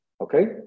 okay